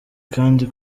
kandi